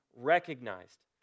recognized